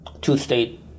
two-state